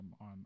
on